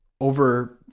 over